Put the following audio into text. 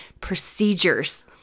procedures